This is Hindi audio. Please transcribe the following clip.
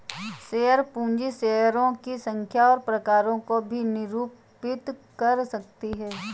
शेयर पूंजी शेयरों की संख्या और प्रकारों को भी निरूपित कर सकती है